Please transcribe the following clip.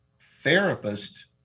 therapist